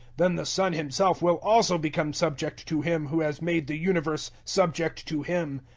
then the son himself will also become subject to him who has made the universe subject to him,